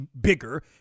bigger